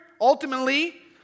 ultimately